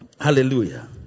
Hallelujah